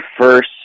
first